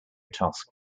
task